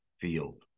field